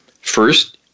first